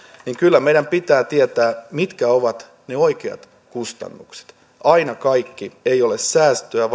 niin kyllä meidän pitää tietää mitkä ovat ne oikeat kustannukset aina kaikki ei ole säästöä